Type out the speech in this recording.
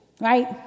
right